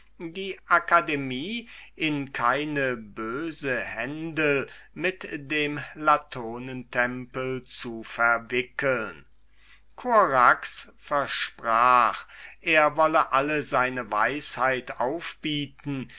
die akademie in keine böse händel mit der latonenpriesterschaft zu verwickeln korax versprach daß er alle seine weisheit aufbieten